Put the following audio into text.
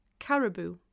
Caribou